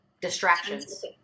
distractions